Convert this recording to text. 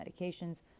medications